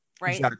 Right